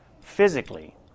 physically